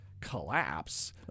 collapse